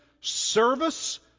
service